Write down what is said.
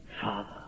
Father